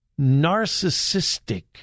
narcissistic